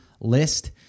list